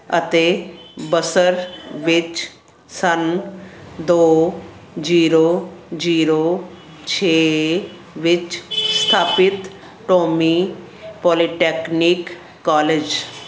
ਅਤੇ ਬਸਰ ਵਿੱਚ ਸੰਨ ਦੋ ਜੀਰੋ ਜੀਰੋ ਛੇ ਵਿੱਚ ਸਥਾਪਿਤ ਕੌਮੀ ਪੌਲੀਟੈਕਨਿਕ ਕਾਲਜ